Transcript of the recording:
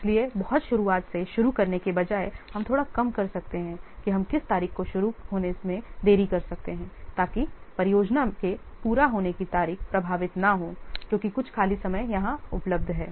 इसलिए बहुत शुरुआत से शुरू करने के बजाय हम थोड़ा कम कर सकते हैं कि हम किस तारीख को शुरू होने में देरी कर सकते हैं ताकि परियोजना के पूरा होने की तारीख प्रभावित न हो क्योंकि कुछ खाली समय यहां उपलब्ध है